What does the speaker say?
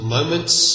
Moments